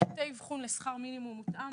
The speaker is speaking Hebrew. שירותי אבחון לשכר מינימום מותאם,